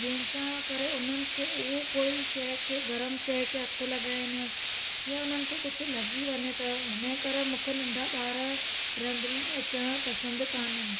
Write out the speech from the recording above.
जंहिं सां करे उन्हनि खे उहो कोई शइ खे गरमु शइ खे हथु लॻाइनि या उन्हनि खे कुझु लॻी वञे त हिनजे करे मूंखे नंढा ॿार रंधणे में अचणु पसंदि कान्हनि